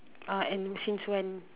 uh and since when